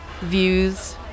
views